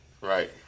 right